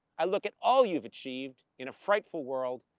i look at all you've achieved in a frightful world,